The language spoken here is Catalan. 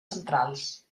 centrals